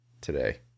today